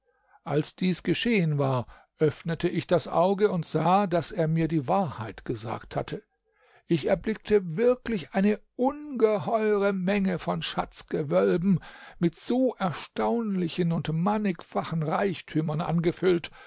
als dies geschehen war öffnete ich das auge und sah daß er mir die wahrheit gesagt hatte ich erblickte wirklich eine ungeheure menge von schatzgewölben mit so erstaunlichen und mannigfachen reichtümern angefüllt